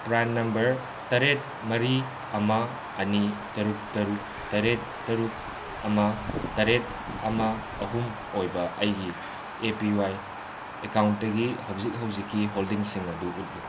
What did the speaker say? PRAN number ꯇꯔꯦꯠ ꯃꯔꯤ ꯑꯃ ꯑꯅꯤ ꯇꯔꯨꯛ ꯇꯔꯨꯛ ꯇꯔꯦꯠ ꯇꯔꯨꯛ ꯑꯃ ꯇꯔꯦꯠ ꯑꯃ ꯑꯍꯨꯝ ꯑꯣꯏꯕ ꯑꯩꯒꯤ ꯑꯦ ꯄꯤ ꯋꯥꯏ ꯑꯦꯀꯥꯎꯟꯇꯒꯤ ꯍꯧꯖꯤꯛ ꯍꯧꯖꯤꯛꯀꯤ ꯍꯣꯜꯗꯤꯡꯁꯤꯡ ꯑꯗꯨ ꯎꯠꯂꯨ